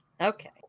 okay